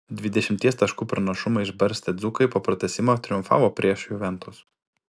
dvidešimties taškų pranašumą išbarstę dzūkai po pratęsimo triumfavo prieš juventus